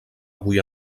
avui